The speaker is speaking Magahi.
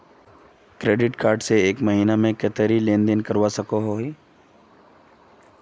क्रेडिट कार्ड से एक महीनात कतेरी लेन देन करवा सकोहो ही?